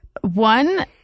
one